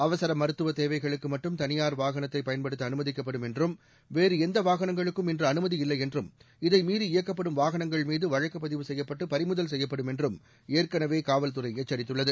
அவசர மருத்துவ தேவைகளுக்கு மட்டும் தனியார் வாகனத்தை பயன்படுத்த அனுமதிக்கப்படும் என்றும் வேறு எந்த வாகனங்களுக்கும் இன்று அனுமதியில்லை என்றும் இதை மீறி இயக்கப்படும் வாகனங்கள்மீது வழக்குப் பதிவு செய்யப்பட்டு பறிமுதல் செய்யப்படும் என்றும் காவல்துறை எச்சரித்துள்ளது